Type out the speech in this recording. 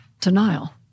denial